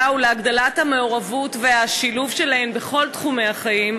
ולהגדלת המעורבות והשילוב שלהן בכל תחומי החיים,